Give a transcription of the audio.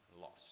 lost